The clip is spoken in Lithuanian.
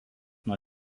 nuo